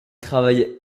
travaille